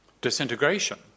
disintegration